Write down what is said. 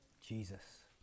Jesus